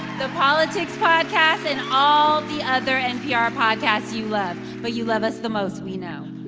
the politics podcast, and all the other npr podcasts you love. but you love us the most, we know.